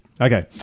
Okay